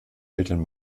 eltern